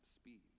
speed